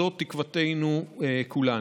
זו תקוותנו כולנו.